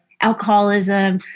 alcoholism